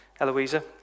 Eloisa